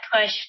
push